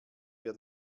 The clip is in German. wir